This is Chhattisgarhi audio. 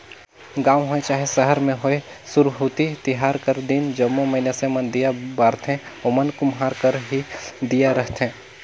गाँव होए चहे सहर में होए सुरहुती तिहार कर दिन जम्मो मइनसे मन दीया बारथें ओमन कुम्हार घर कर ही दीया रहथें